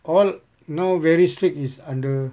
all now very strict is under